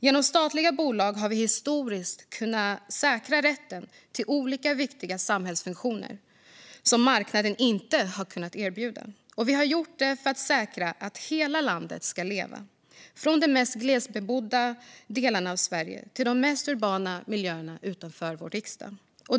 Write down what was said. Genom statliga bolag har vi historiskt kunnat säkra rätten till olika viktiga samhällsfunktioner som marknaden inte har kunnat erbjuda. Vi har gjort det för att säkerställa att hela landet ska leva, från de mest glesbebodda delarna av Sverige till de mest urbana miljöerna utanför vår riksdag.